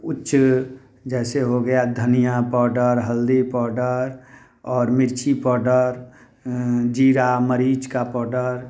उच्च जैसे हो गया धनिया पाउडर हल्दी पाउडर और मिर्ची पाउडर जीरा मरीज का पाउडर